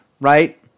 right